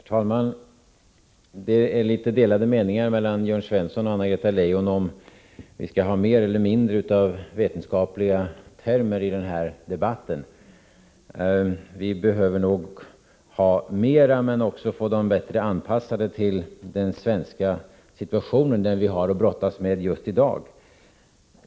Herr talman! Det är litet delade meningar mellan Jörn Svensson och Anna-Greta Leijon om huruvida vi skall ha mer eller mindre av vetenskapliga termer i den här debatten. Vi behöver nog ha mera av sådana, men behöver också få dem bättre anpassade till den svenska situation som vi har att brottas med just i dag.